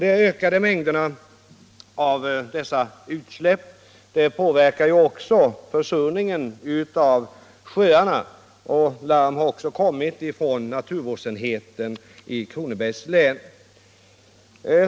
De ökade mängderna av dessa utsläpp påverkar också försurningen av sjöarna, och larm har kommit från naturvårdsenheten i Kronobergs län.